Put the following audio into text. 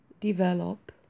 develop